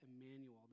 Emmanuel